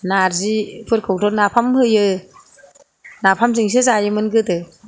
नारजिफोरखौथ' नाफाम होयो नाफामजोंसो जायोमोन गोदो दानाथ' अमा बेदरजोंसो जाबावो नारजिखौ